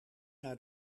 naar